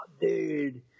dude